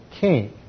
king